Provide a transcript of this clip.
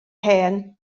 hen